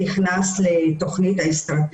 הבנתי.